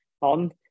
on